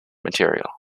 material